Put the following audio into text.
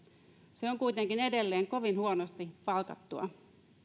se on kuitenkin edelleen kovin huonosti palkattua